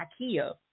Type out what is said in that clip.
Ikea